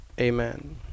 Amen